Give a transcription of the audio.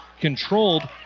controlled